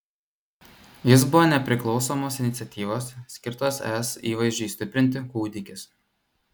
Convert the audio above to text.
jis buvo nepriklausomos iniciatyvos skirtos es įvaizdžiui stiprinti kūdikis